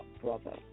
brother